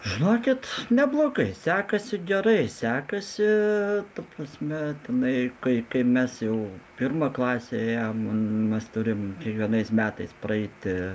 žinokit neblogai sekasi gerai sekasi ta prasme jinai kai kai mes jau pirmą klasę ėjom mes turim kiekvienais metais praeiti